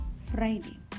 Friday